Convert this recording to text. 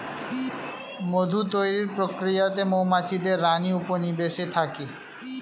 মধু তৈরির প্রক্রিয়াতে মৌমাছিদের রানী উপনিবেশে থাকে